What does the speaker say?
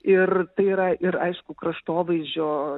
ir tai yra ir aišku kraštovaizdžio